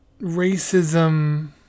racism